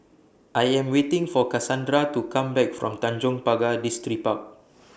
I Am waiting For Casandra to Come Back from Tanjong Pagar Distripark